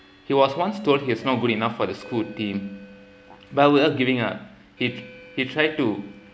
he was once told he is not good enough for the school team team but without giving up if he try to